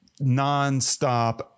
nonstop